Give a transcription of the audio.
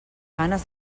ganes